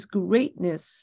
greatness